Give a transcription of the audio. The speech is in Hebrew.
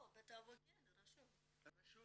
בטאבו כן, רשום.